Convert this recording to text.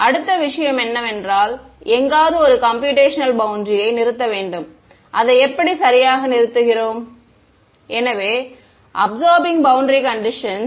அடுத்த விஷயம் என்னவென்றால் எங்காவது ஒரு கம்பூயூடேஷனல் பௌண்டரியை நிறுத்த வேண்டும் அதை எப்படி சரியாக நிறுத்துகிறோம் எனவே அபிசார்பிங் பௌண்டரி கண்டிஷன்ஸ்